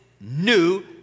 new